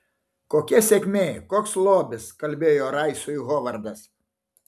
kokia sėkmė koks lobis kalbėjo raisui hovardas